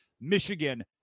Michigan